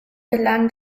gelang